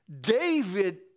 David